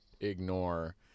ignore